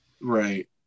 Right